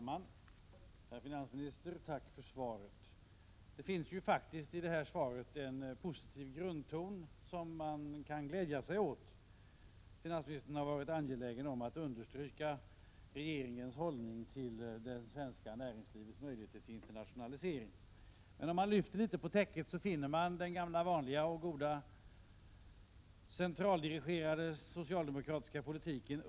Herr talman! Tack för svaret, herr finansminister! Det finns ju faktiskt i det här svaret en positiv grundton som man kan glädja sig åt. Finansministern har varit angelägen om att understryka regeringens hållning till det svenska näringslivets möjligheter till internationalisering. Men om man lyfter litet på täcket finner man under de vackra fraserna den gamla vanliga och goda centraldirigerade socialdemokratiska politiken.